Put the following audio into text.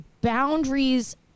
boundaries